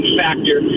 factor